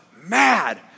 mad